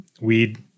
weed